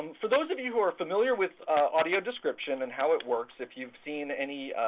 for those of you ah familiar with audio description and how it works, if you've seen any